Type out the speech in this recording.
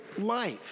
life